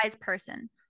person